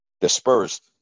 dispersed